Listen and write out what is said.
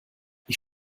ich